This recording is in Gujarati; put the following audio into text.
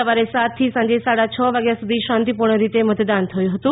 સવારે સાત થી સાંજે સાડા છ વાગ્યા સુધી શાંતિપૂર્ણ રીતે મતદાન થયું હતું